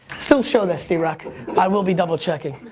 still show this, drock. i will be double checking.